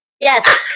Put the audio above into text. Yes